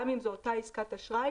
גם אם זה במסגרת אותה עסקת אשראי,